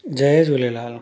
Jay Jhulelal